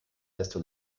desto